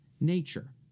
nature